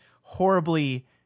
horribly